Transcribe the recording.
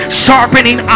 sharpening